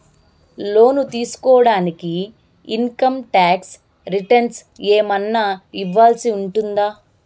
లోను తీసుకోడానికి income tax returns ఏమన్నా ఇవ్వాల్సి ఉంటుందా